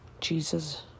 Jesus